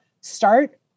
start